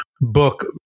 book